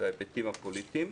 זה ההיבטים הפוליטיים.